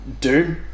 Doom